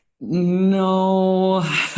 No